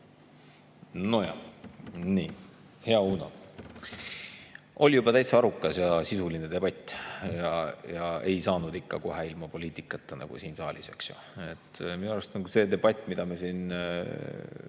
Nojah, nii ... Hea Uno! Oli juba täitsa arukas ja sisuline debatt. Aga ei saanud ikka kohe ilma poliitikata siin saalis, eks ju. Minu arust see debatt, mida me siin